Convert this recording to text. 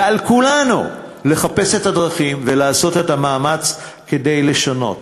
ועל כולנו לחפש את הדרכים ולעשות את המאמץ כדי לשנות.